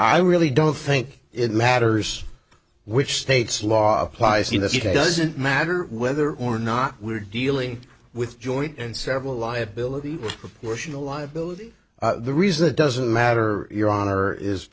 i really don't think it matters which state's law applies in this he doesn't matter whether or not we're dealing with joint and several liability proportional liability the reason it doesn't matter your honor is